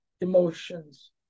emotions